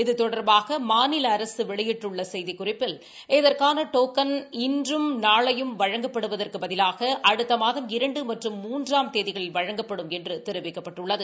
இது தெடர்பாக மாநில வெளியிட்டுள்ள செய்திக்குறிப்பில் இதற்கான டோக்கன் இன்றும் நாளையும் வழங்கப்படுவதற்குப் பதிவாக அடுத்த மாதம் இரண்டு மற்றும் மூன்றாம் தேதிகளில் வழங்கப்படும் என்று தெரிவிக்கப்பட்டுள்ளது